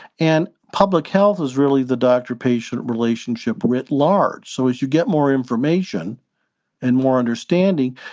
and public health is really the doctor patient relationship writ large. so as you get more information and more understanding,